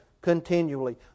continually